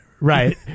right